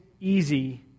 easy